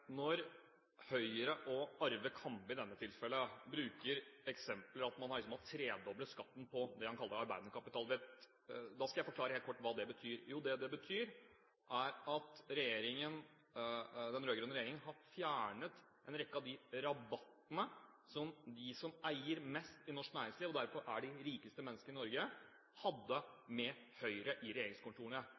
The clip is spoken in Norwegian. Når Høyre, og Arve Kambe i dette tilfellet, bruker eksempler på at man har tredoblet skatten på det han kaller arbeidende kapital, skal jeg forklare helt kort hva det betyr: Jo, det det betyr, er at den rød-grønne regjeringen har fjernet en rekke av de rabattene som de som eier mest i norsk næringsliv, og derfor er de rikeste menneskene i Norge, hadde med Høyre i regjeringskontorene.